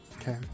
Okay